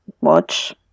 watch